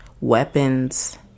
weapons